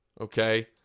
Okay